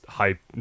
hype